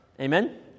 Amen